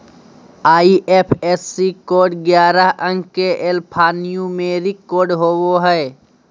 IFSC code ग्यारह अंक के एल्फान्यूमेरिक कोड होवो हय